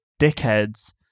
dickheads